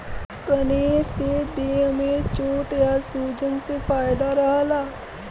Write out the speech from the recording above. कनेर से देह में चोट या सूजन से फायदा रहला